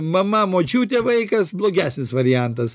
mama močiutė vaikas blogesnis variantas